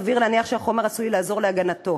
סביר להניח שהחומר עשוי לעזור להגנתו"